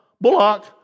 Bullock